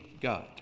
God